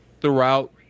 throughout